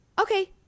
okay